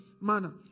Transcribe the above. manner